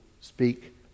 speak